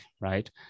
right